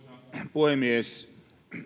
puhemies